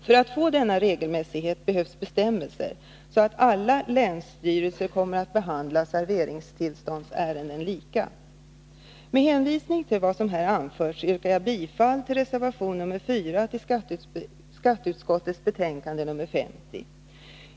För att få denna regelmässighet behövs bestämmelser så att alla länsstyrelser kommer att behandla serveringstillståndsärenden lika. Med hänvisning till vad som här anförts yrkar jag bifall till reservation nr 4 till skatteutskottets betänkande nr 50.